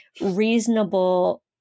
reasonable